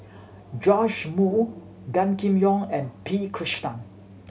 Joash Moo Gan Kim Yong and P Krishnan